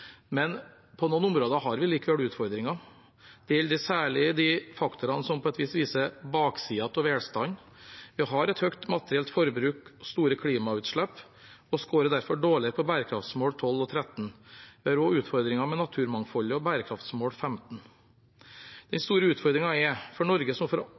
men på noen områder har vi likevel utfordringer. Det gjelder særlig de faktorene som på et vis viser baksiden av velstanden. Vi har et høyt materielt forbruk og store klimautslipp og scorer derfor dårlig på bærekraftsmålene 12 og 13. Det er også utfordringer med naturmangfoldet og bærekraftsmål 15. Den store utfordringen er for Norge som for